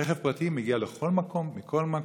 רכב פרטי מגיע לכל מקום מכל מקום,